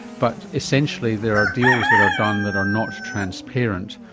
but essentially there are deals that are done that are not transparent.